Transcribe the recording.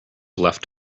left